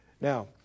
Now